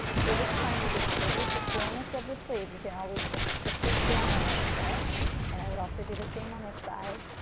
we are just trying to distribute the fullness of the sleeve, you can always just shift this down a little bit and i would also do the same on this side